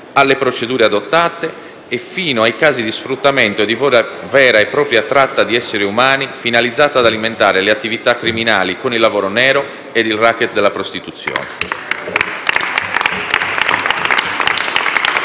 alle procedure adottate, fino ai casi di sfruttamento e di vera e propria tratta di essere umani, finalizzata ad alimentare le attività criminali con il lavoro nero e il *racket* della prostituzione.